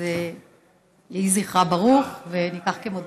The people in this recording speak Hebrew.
אז יהי זכרה ברוך, וניקח כמודל.